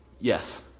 Yes